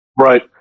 Right